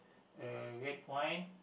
uh red wine